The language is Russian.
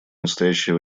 настоящее